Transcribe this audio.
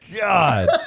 God